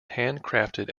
handcrafted